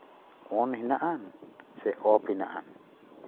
ᱚᱱ ᱢᱮᱱᱟᱜᱼᱟ ᱥᱮ ᱚᱯᱷ ᱢᱮᱱᱟᱜᱼᱟ